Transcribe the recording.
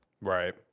Right